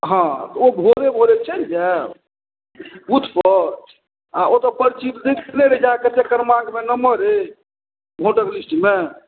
हँ तऽ ओ भोरे भोरे चलि जाएब बूथपर आओर ओतए परची कतेक क्रमाङ्कमे नम्बर अइ भोटर लिस्टमे